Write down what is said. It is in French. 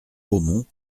beaumont